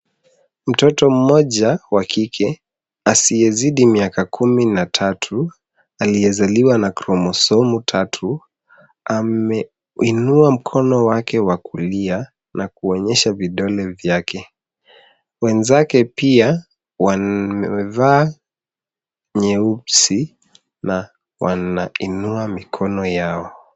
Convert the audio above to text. Mtoto mmoja wa kike asiyezidi miaka kumi na tatu, aliyezaliwa na kromosomu tatu , ameinua mkono wake wa kulia na kuonyesha vidole vyake. Wenzake pia wamevaa nyeusi na wanainua mikono yao.